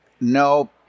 no